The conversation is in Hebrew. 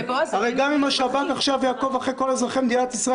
הרי גם אם השב"כ עכשיו יעקוב אחרי כל אזרחי מדינת ישראל